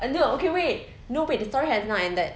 uh no okay wait no babe the story has not ended